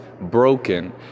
broken